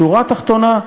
השורה התחתונה,